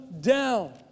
down